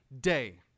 day